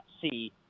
see